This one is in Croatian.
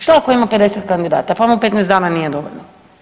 Šta ako ima 50 kandidata pa mu 15 dana nije dovoljno?